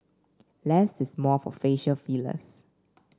less is more for facial fillers